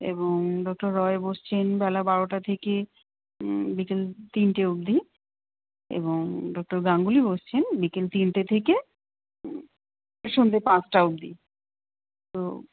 এবং ডক্টর রয় বসছেন বেলা বারোটা থেকে বিকেল তিনটে অবধি এবং ডক্টর গাঙ্গুলি বসছেন বিকেল তিনটে থেকে সন্ধ্যে পাঁচটা অবধি তো